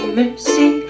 mercy